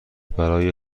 برای